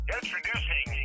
introducing